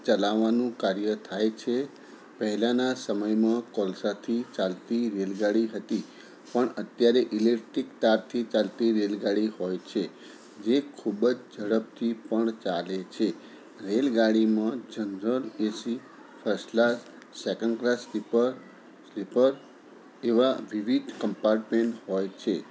ચાલવાનું કાર્ય થાય છે પહેલાંના સમયમાં કોલસાથી ચાલતી રેલગાડી હતી પણ અત્યારે ઈલેક્ટ્રીક તારથી ચાલતી રેલગાડી હોય છે જે ખૂબ જ ઝડપથી પણ ચાલે છે રેલગાડીમાં general AC first class second class sleeper sleeper એવા વિવિધ કમ્પાર્ટમેન્ટ હોય છે